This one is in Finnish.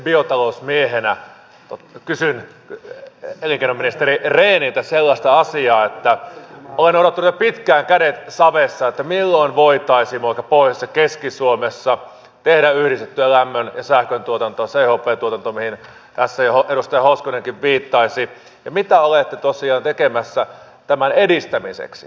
näin maakuntien biotalousmiehenä kysyn elinkeinoministeri rehniltä sellaista asiaa että kun olen odottanut jo pitkään kädet savessa milloin voitaisiin vaikka pohjoisessa keski suomessa tehdä yhdistettyä lämmön ja sähköntuotantoa chp tuotantoa mihin tässä jo edustaja hoskonenkin viittasi niin mitä olette tosiaan tekemässä tämän edistämiseksi